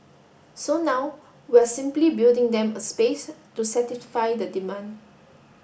so now we're simply building them a space to satisfy the demand